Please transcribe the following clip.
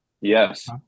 Yes